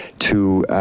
to